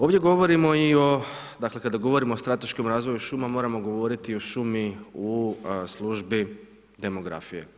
Ovdje govorimo i o dakle, kada govorimo o strateškom razvoju šuma, moramo govoriti i o šumi u službi demografije.